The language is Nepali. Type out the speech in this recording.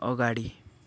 अगाडि